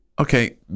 okay